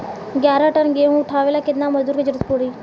ग्यारह टन गेहूं उठावेला केतना मजदूर के जरुरत पूरी?